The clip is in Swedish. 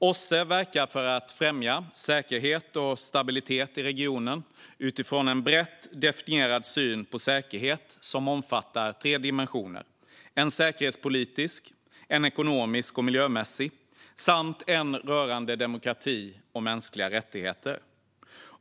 OSSE verkar för att främja säkerhet och stabilitet i regionen utifrån en brett definierad syn på säkerhet som omfattar tre dimensioner: en säkerhetspolitisk, en ekonomisk och miljömässig samt en rörande demokrati och mänskliga rättigheter.